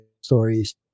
stories